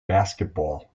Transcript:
basketball